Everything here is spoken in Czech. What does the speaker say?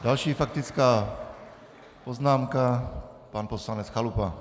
Další faktická poznámka pan poslanec Chalupa.